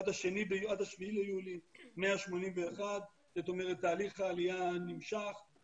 ביולי עד ה-7 ביולי 181. זאת אומרת תהליך העלייה נמשך,